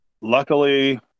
luckily